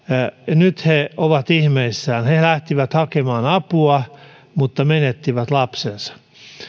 nyt he ovat ihmeissään he lähtivät hakemaan apua mutta menettivät lapsensa